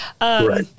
Right